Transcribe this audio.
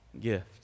gift